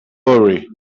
worry